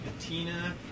patina